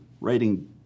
writing